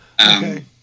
Okay